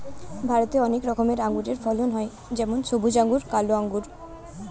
ভারতে অনেক রকমের আঙুরের ফলন হয় যেমন সবুজ আঙ্গুর, কালো আঙ্গুর